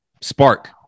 spark